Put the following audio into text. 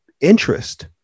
interest